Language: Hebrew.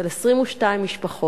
של 22 משפחות.